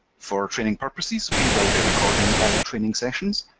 for training purposes we will be recording all training sessions,